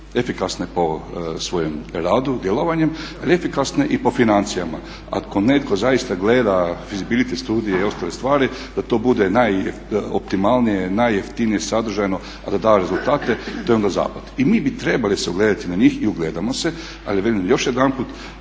efikasne po svojem radu, djelovanju i efikasne po financijama. Ako netko zaista gleda fisibility studije i ostale stvari da to bude najoptimalnije, najjeftinije sadržajno a da da rezultate to je onda zapad. I mi bi trebali se ugledati na njih i ugledamo se. Ali kažem još jedanput